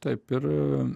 taip ir